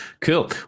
Cool